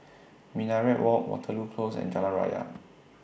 Minaret Walk Waterloo Close and Jalan Raya